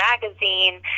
Magazine